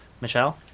michelle